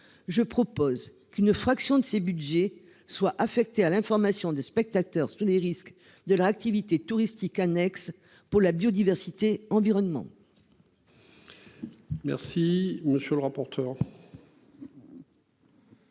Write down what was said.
Je propose qu'une fraction de ces Budgets soient affectés à l'information de spectateurs tous les risques de l'activité touristique annexe pour la biodiversité, environnement.